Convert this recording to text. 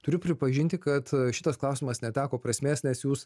turiu pripažinti kad šitas klausimas neteko prasmės nes jūs